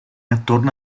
attorno